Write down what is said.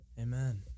Amen